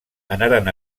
anaren